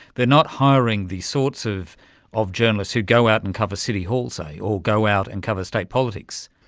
they are not hiring the sorts of of journalists who go out and cover city hall, say, or go out and cover state politics.